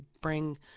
bring